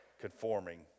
conforming